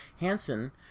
Hansen